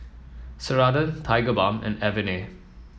Ceradan Tigerbalm and Avene